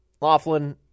Laughlin